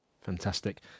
fantastic